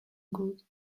good